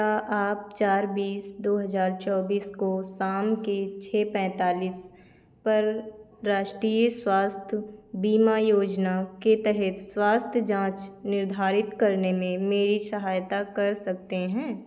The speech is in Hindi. क्या आप चार बीस दो हज़ार चौबीस को शाम के छः पैंतालीस पर राष्टीय स्वास्थ बीमा योजना के तहत स्वास्थ जाँच निर्धारित करने में मेरी सहायता कर सकते हैं